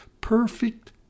perfect